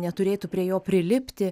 neturėtų prie jo prilipti